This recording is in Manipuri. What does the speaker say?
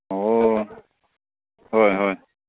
ꯑꯣ ꯍꯣꯏ ꯍꯣꯏ